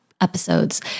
episodes